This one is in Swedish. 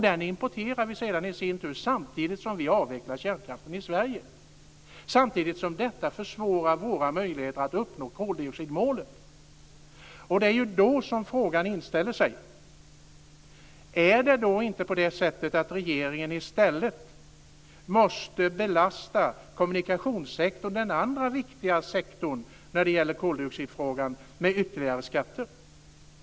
Vi importerar el samtidigt som vi avvecklar kärnkraften i Sverige, samtidigt som detta försvårar våra möjligheter att uppnå koldioxidmålet. Det är då som frågan inställer sig: Är det inte på det sättet att regeringen i stället måste belasta kommunikationssektorn, den andra viktiga sektorn när det gäller koldioxidfrågan, med ytterligare skatter?